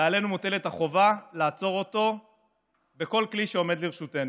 ועלינו מוטלת החובה לעצור אותו בכל כלי שעומד לרשותנו.